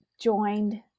joined